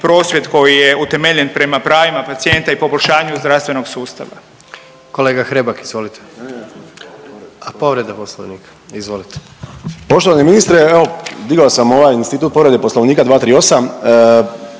prosvjed koji je utemeljen prema pravima pacijenta i poboljšanju zdravstvenog sustava.